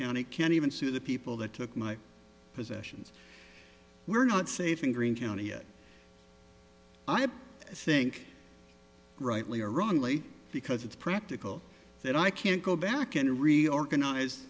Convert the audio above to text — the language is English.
county can even sue the people that took my possessions were not safe in greene county i think rightly or wrongly because it's practical that i can't go back and reorganize